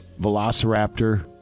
Velociraptor